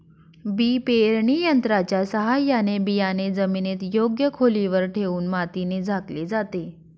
बी पेरणी यंत्राच्या साहाय्याने बियाणे जमिनीत योग्य खोलीवर ठेवून मातीने झाकले जाते